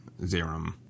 Zerum